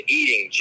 eating